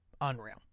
unreal